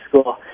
school